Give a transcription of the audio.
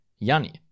Yanni